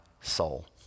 soul